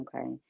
Okay